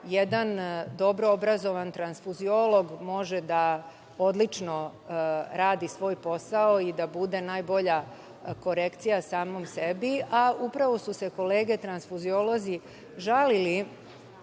jedan dobro obrazovan transfuziolog može da odlično radi svoj posao i da bude najbolja korekcija samom sebi. Upravo su se kolege transfuziolozi žalili